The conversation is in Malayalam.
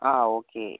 ആ ഓക്കേ